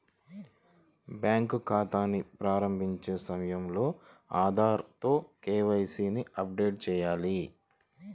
bank ఖాతాని ప్రారంభించే సమయంలో ఆధార్ తో కే.వై.సీ ని అప్డేట్ చేయాలి